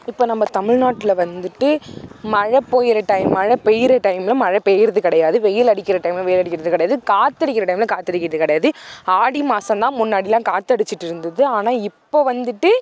இப்போ நம்ம தமிழ்நாட்டில் வந்துட்டு மழை பெய்யுற டைம் மழை பெய்கிற டைமில் மழை பெய்கிறது கிடையாது வெயில் அடிக்கிற டைமில் வெயில் அடிக்கிறது கிடையாது காற்றடிக்கிற டைமில் காற்றடிக்கிறது கிடையாது ஆடி மாசந்தான் முன்னாடிலாம் காற்றடிச்சிட்ருந்துது ஆனால் இப்போ வந்துட்டு